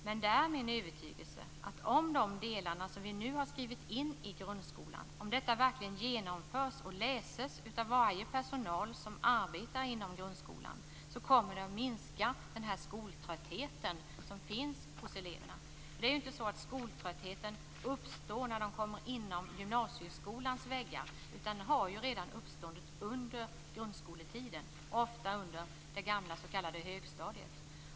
Det är min övertygelse att om de delar som vi nu har skrivit in i grundskolan verkligen genomförs och läses av all personal som arbetar inom grundskolan kommer den skoltrötthet som finns hos eleverna att minska. Det är ju inte så att skoltröttheten uppstår när eleverna kommer inom gymnasieskolans väggar, utan den uppstod redan under grundskoletiden - ofta under det gamla s.k. högstadiet.